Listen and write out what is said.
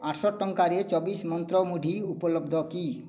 ଆଠଶହ ଟଙ୍କାରେ ଚବିଶ ମନ୍ତ୍ର ମୁଢ଼ି ଉପଲବ୍ଧ କି